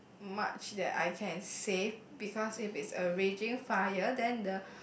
much that I can save because if it's a raging fire then the